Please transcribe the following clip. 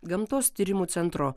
gamtos tyrimų centro